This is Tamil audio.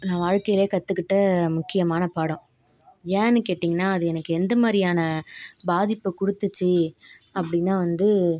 நான் வாழ்க்கையில் கற்றுக்கிட்ட முக்கியமான பாடம் ஏன்னு கேட்டிங்கன்னா அது பாதிப்பை கொடுத்துச்சி அப்படினா வந்து